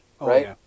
right